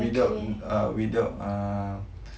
without ah without ah